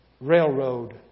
railroad